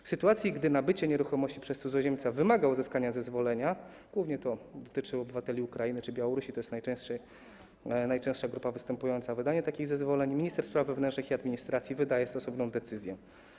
W sytuacji, gdy nabycie nieruchomości przez cudzoziemca wymaga uzyskania zezwolenia - głównie dotyczy to obywateli Ukrainy czy Białorusi, to jest najczęstsza grupa występująca o wydanie takich zezwoleń - minister spraw wewnętrznych i administracji wydaje stosowną decyzję.